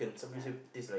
ya